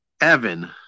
Evan